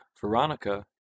Veronica